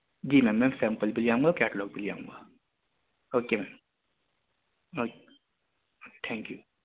جی ma'am میں sample بھی لے آؤں گا اور کیٹلاگ بھی لے آؤں گا اوکے میم تھینک یو